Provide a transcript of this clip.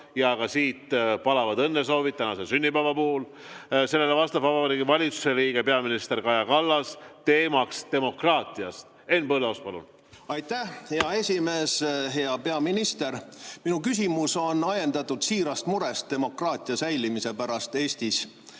Ka siit palavad õnnesoovid tänase sünnipäeva puhul! Vastab Vabariigi Valitsuse liige peaminister Kaja Kallas, teema on demokraatia. Henn Põlluaas, palun! Aitäh, hea esimees! Hea peaminister! Minu küsimus on ajendatud siirast murest demokraatia säilimise pärast Eestis.